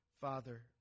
Father